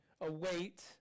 await